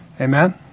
Amen